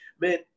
man